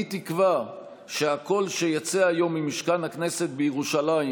אני תקווה שהקול שיצא היום ממשכן הכנסת בירושלים